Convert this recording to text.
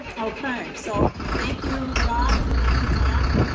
okay, so thank you, rob and thank you, tom.